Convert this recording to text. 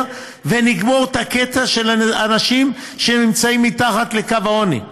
ונגמור את הקטע של אנשים שנמצאים מתחת לקו העוני,